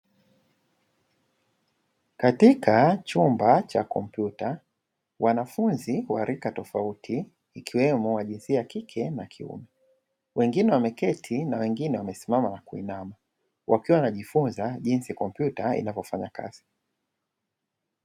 Katika chumba cha kompyuta, wanafunzi wa rika tofauti ikiwemo wa jinsia ya kike na kiume, wengine wameketi na wengine wamesimama na kuinama wakiwa wanajifunza jinsi kompyuta inavyofanya kazi.